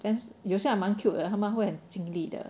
then 有时候还蛮 cute 的他们会很经历的